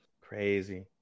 Crazy